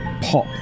pop